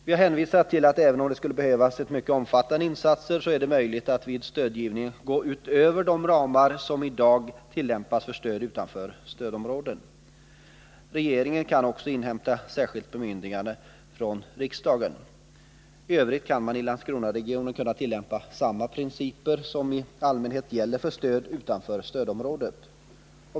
Vi har hänvisat till att det, även om det skulle behövas mycket omfattande insatser, är möjligt att vid stödgivningen gå utöver de ramar som i dag tillämpas för stöd utanför stödområdena. Regeringen kan också inhämta särskilt bemyndigande från riksdagen. I övrigt bör man i Landskronaregionen kunna tillämpa samma principer som de som i allmänhet gäller för stöd utanför stödområdena.